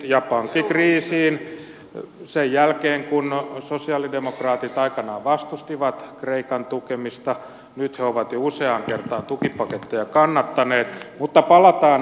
ja pankkikriisiin sen jälkeen kun sosialidemokraatit aikanaan vastustivat kreikan tukemista nyt he ovat jo useaan kertaan tukipaketteja kannattaneet mutta palataan näihin muuten